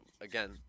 again